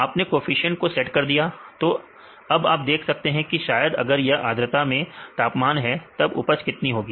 आपने कोफिशिएंट को सेट कर दिया तो अब आप देख सकते हैं की शायद अगर यह आद्रता में तापमान है तब उपज कितनी होगी